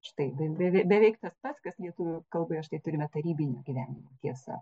štai ben beve beveik tas pats kas lietuvių kalboje štai turime tarybinio gyvenimo tiesa